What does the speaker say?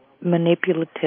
manipulative